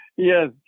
Yes